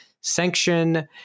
sanction